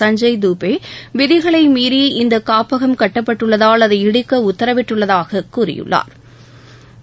சஞ்சய் தூபே விதிகளை மீறி இந்த காப்பகம் கட்டப்பட்டுள்ளதால் அதை இடிக்க உத்தரவிட்டுள்ளதாகக் கூறியுள்ளனா்